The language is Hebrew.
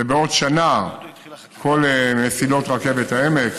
ובעוד שנה כל מסילות רכבת העמק